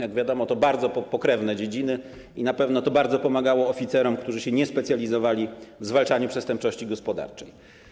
Jak wiadomo, to bardzo pokrewne dziedziny, i na pewno to bardzo pomagało oficerom, którzy się nie specjalizowali w zwalczaniu przestępczości gospodarczej.